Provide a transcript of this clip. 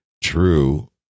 true